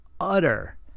utter